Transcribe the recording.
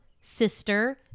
Sister